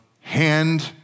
hand